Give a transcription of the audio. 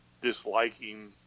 disliking